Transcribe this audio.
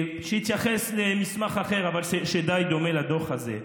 שהתייחס למסמך אחר, אבל הוא די דומה לדוח הזה: